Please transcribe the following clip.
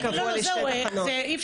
אולי